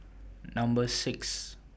Number six